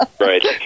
Right